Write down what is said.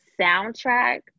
soundtrack